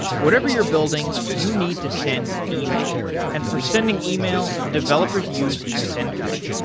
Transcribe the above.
whatever you're building you need to send email and for sending email developers use sendgrid.